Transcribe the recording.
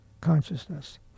consciousness